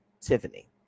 Tiffany